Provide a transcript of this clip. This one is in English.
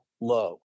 low